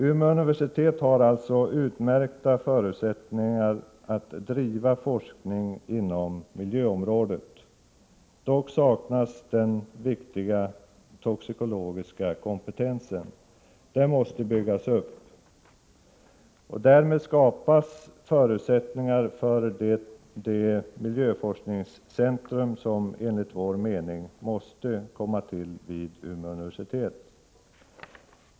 Umeå universitet har utmärkta förutsättningar att driva forskning inom miljöområdet. Dock saknas den viktiga toxikologiska kompetensen. Den måste byggas upp. Därmed skapas förutsättningar för det miljöforskningscentrum som enligt vår mening måste komma till stånd vid Umeå universitet.